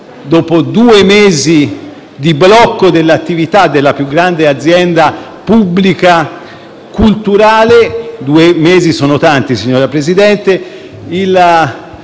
dopo due mesi di blocco dell'attività della più grande azienda culturale pubblica (e due mesi sono tanti, signor Presidente),